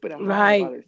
Right